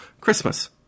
Christmas